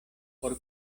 por